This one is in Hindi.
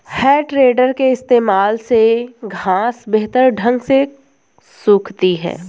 है टेडर के इस्तेमाल से घांस बेहतर ढंग से सूखती है